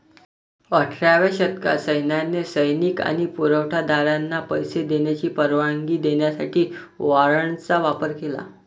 अठराव्या शतकात सैन्याने सैनिक आणि पुरवठा दारांना पैसे देण्याची परवानगी देण्यासाठी वॉरंटचा वापर केला